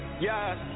Yes